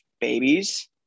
babies